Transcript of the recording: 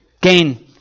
gain